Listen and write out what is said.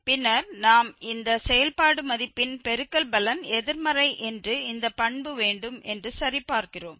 பின்னர் நாம் இந்த செயல்பாடு மதிப்பின் பெருக்கல் பலன் எதிர்மறை என்று இந்த பண்பு வேண்டும் என்று சரி பார்க்கிறோம்